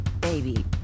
baby